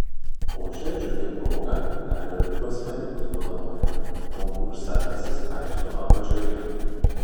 o šia džiugia proga dar ir kosmetikos dovanojame konkursą rasi straipsnio apačioje